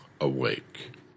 awake